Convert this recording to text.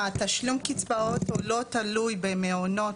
התשלום קצבאות הוא לא תלוי במעונות,